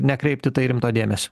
nekreipti rimto dėmesio